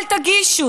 אל תגישו.